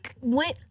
went